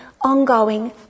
ongoing